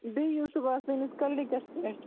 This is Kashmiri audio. بیٚیہِ یِیِو صُبحَس میٛٲنِس کِلنِکَس پٮ۪ٹھ